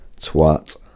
Twat